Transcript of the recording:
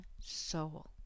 soul